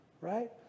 right